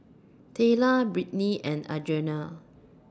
Tayla Brittni and Adrianna